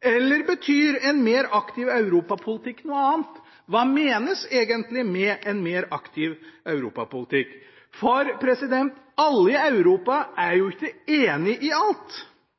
eller betyr en mer aktiv europapolitikk noe annet? Hva menes egentlig med en mer aktiv europapolitikk? Alle i Europa er jo ikke enige i alt.